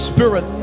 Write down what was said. Spirit